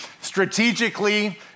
strategically